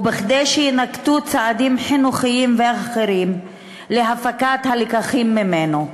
וכדי שיינקטו צעדים חינוכיים ואחרים להפקת הלקחים ממנו.